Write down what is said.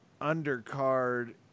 undercard